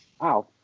Wow